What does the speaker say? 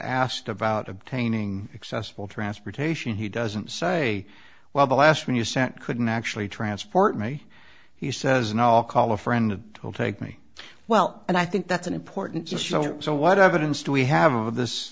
asked about obtaining accessible transportation he doesn't say well the last one you sent couldn't actually transport me he says and all call a friend to take me well and i think that's an important just so so what evidence do we have of this